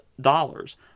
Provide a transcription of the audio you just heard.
dollars